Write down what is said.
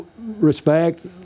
respect